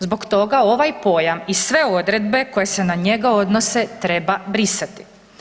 Zbog toga ovaj pojam i sve odredbe koje se na njega odnose, treba brisati.